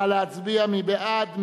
נא להצביע, מי בעד?